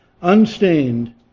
unstained